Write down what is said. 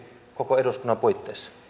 koko eduskunnan puitteissa